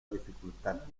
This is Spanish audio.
dificultad